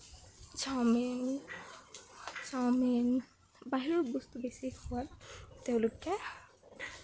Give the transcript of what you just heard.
chowmein chowmein বাহিৰৰ বস্তু বেছি খোৱা তেওঁলোকে